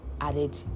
added